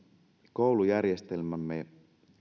koulujärjestelmämme